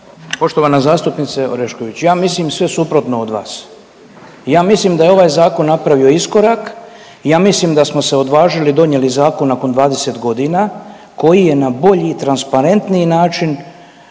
Poštovana zastupnice Orešković, ja mislim sve suprotno od vas i ja mislim da je ovaj zakon napravio iskorak i ja mislim da smo se odvažili i donijeli zakon nakon 20.g. koji je na bolji i transparentniji način